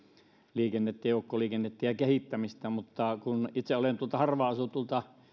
liikennettä joukkoliikennettä ja kehittämistä mutta kun itse olen tuolta harvaan asutulta